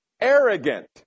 arrogant